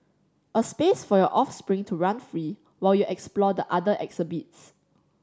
a space for your offspring to run free while you explore the other exhibits